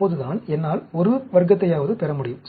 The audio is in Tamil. அப்போதுதான் என்னால் ஒரு வர்க்கத்தையாவது பெற முடியும்